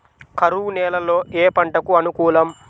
కరువు నేలలో ఏ పంటకు అనుకూలం?